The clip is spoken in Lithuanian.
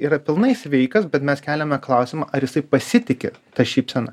yra pilnai sveikas bet mes keliame klausimą ar jisai pasitiki ta šypsena